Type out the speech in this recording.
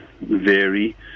vary